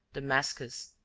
damascus,